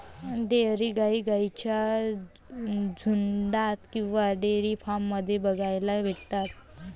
dairy गाई गाईंच्या झुन्डात किंवा डेयरी फार्म मध्ये बघायला भेटतात